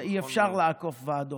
נכון מאוד.